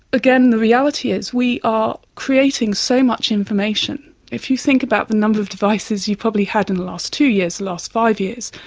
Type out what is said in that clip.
again, the reality is we are creating so much information. if you think about the number of devices you probably had in the last two years, the last five years,